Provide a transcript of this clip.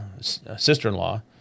sister-in-law